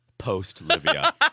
Post-Livia